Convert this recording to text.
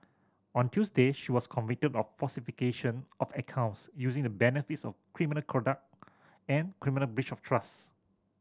on Tuesday she was convicted of falsification of accounts using the benefits of criminal conduct and criminal breach of trust